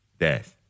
death